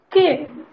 Okay